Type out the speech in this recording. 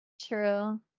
true